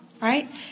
Right